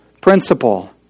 principle